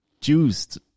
Juiced